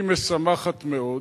היא משמחת מאוד